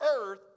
earth